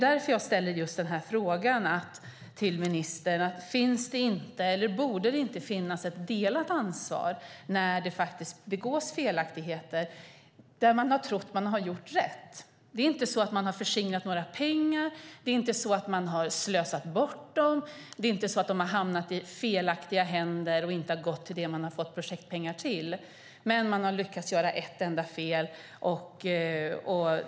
Därför ställer jag frågan till ministern om det inte borde finnas ett delat ansvar när det faktiskt begås felaktigheter. Man tror dock att man har gjort rätt. Det är inte så att man har förskingrat pengar, och det är inte så att man slösat bort pengar eller att pengar hamnat i fel händer och inte gått till det man fått projektpengarna till. Dock har man lyckats göra ett enda fel.